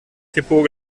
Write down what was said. depot